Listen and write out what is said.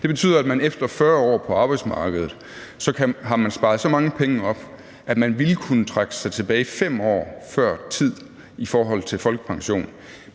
Det betyder, at man efter 40 år på arbejdsmarkedet har sparet så mange penge op, at man ville kunne trække sig tilbage 5 år før tid i forhold til folkepension